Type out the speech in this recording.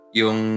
yung